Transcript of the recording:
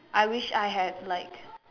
I wish I have like